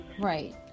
Right